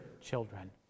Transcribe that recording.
children